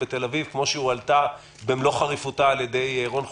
בתל אביב כפי שהועלתה במלוא חריפותה על ידי רון חולדאי.